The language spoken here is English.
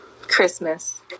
Christmas